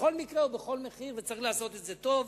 בכל מקרה ובכל מחיר, וצריך לעשות את זה טוב.